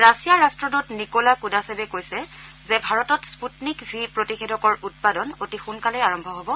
ৰাছিয়াৰ ৰট্টদূত নিকোলা কুদাশেৱে কৈছে যে ভাৰতৰ স্পুটনিক ভি প্ৰতিষেধকৰ উৎপাদন অতি সোনকালেই আৰম্ভ হ'ব